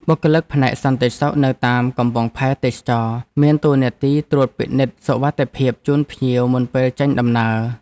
បុគ្គលិកផ្នែកសន្តិសុខនៅតាមកំពង់ផែទេសចរណ៍មានតួនាទីត្រួតពិនិត្យសុវត្ថិភាពជូនភ្ញៀវមុនពេលចេញដំណើរ។